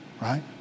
right